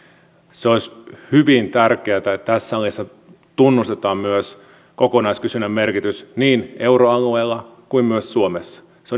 se olisi hyvin tärkeätä että tässä salissa tunnustetaan myös kokonaiskysynnän merkitys niin euroalueella kuin myös suomessa se